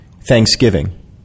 Thanksgiving